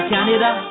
Canada